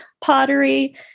pottery